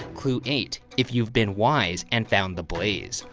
clue eight, if you've been wise and found the blaze,